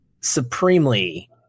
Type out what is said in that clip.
supremely